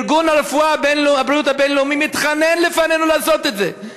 ארגון הבריאות הבין-לאומי מתחנן לפנינו לעשות את זה.